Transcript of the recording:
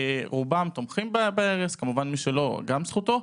רובם תומכים בהרס, מי שלא כמובן זו זכותו.